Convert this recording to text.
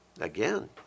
again